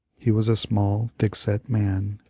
he was a small, thick-set man,